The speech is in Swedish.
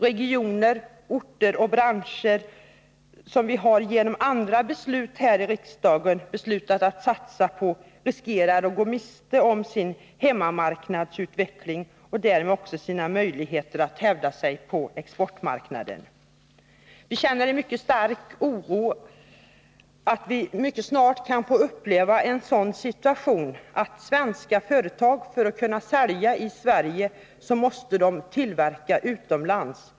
Regioner, orter och branscher, som vi här i riksdagen har fattat beslut om att satsa på, riskerar att gå miste om sin hemmamarknadsutveckling och därmed också sina möjligheter att hävda sig på exportmarknaden. Vi känner en stark oro för att vi mycket snart kan få uppleva en sådan situation att svenska företag för att kunna sälja i Sverige måste tillverka utomlands.